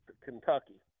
Kentucky